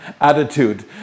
attitude